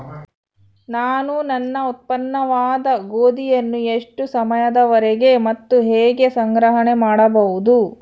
ನಾನು ನನ್ನ ಉತ್ಪನ್ನವಾದ ಗೋಧಿಯನ್ನು ಎಷ್ಟು ಸಮಯದವರೆಗೆ ಮತ್ತು ಹೇಗೆ ಸಂಗ್ರಹಣೆ ಮಾಡಬಹುದು?